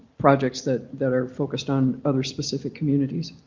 projects that that are focused on other specific communities?